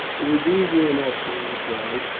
it was easy enough, she replied.